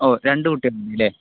ഓ രണ്ടുകുട്ടികളുണ്ടല്ലേ